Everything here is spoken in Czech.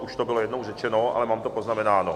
Už to bylo jednou řečeno, ale mám to poznamenáno.